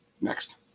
next